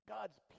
God's